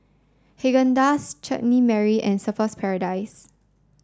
Haagen Dazs Chutney Mary and Surfer's Paradise